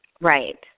Right